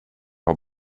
har